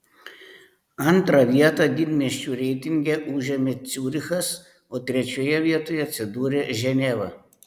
antrą vietą didmiesčių reitinge užėmė ciurichas o trečioje vietoje atsidūrė ženeva